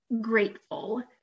grateful